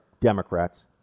Democrats